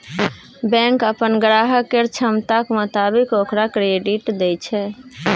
bank अप्पन ग्राहक केर क्षमताक मोताबिक ओकरा क्रेडिट दय छै